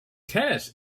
tennis